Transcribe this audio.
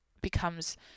becomes